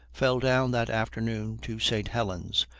fell down that afternoon to st. helen's,